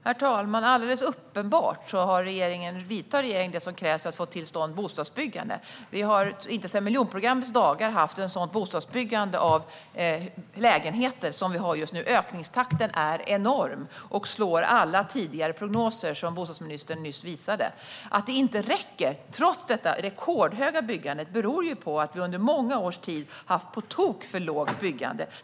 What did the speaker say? Herr talman! Det är alldeles uppenbart att regeringen gör det som krävs för att få till stånd bostadsbyggande. Vi har inte sedan miljonprogrammets dagar haft ett sådant byggande av lägenheter som vi har just nu. Ökningstakten är enorm och slår alla tidigare prognoser, som bostadsministern visade nyss. Att detta rekordhöga byggande inte räcker beror på att vi under många års tid har haft på tok för lågt byggande.